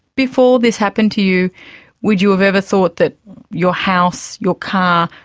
before this happened to you would you have ever thought that your house, your car,